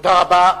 תודה רבה.